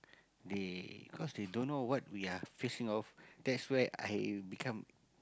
they cause they don't know what we are facing off that's where I become